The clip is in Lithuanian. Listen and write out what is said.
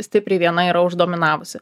stipriai viena yra uždominavusi